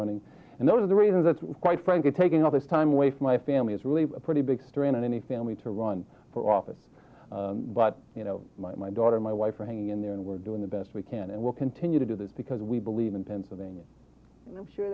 running and those are the reasons that's quite frankly taking all this time way from my family is really a pretty big strain on any family to run for office but you know my daughter my wife are hanging in there and we're doing the best we can and will continue to do this because we believe in pennsylvania and i'm sure